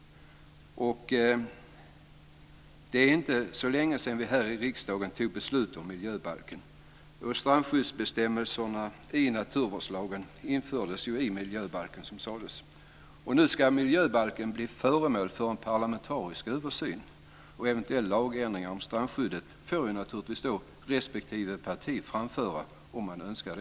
Det är inte så länge sedan vi här i riksdagen fattade beslut om miljöbalken. Strandskyddsbestämmelserna i naturvårdslagen infördes då i miljöbalken, såsom det sades. Nu ska miljöbalken bli föremål för en parlamentarisk översyn, och eventuella önskemål om lagändringar i fråga om strandskyddet får naturligtvis då respektive parti framföra.